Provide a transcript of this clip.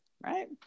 right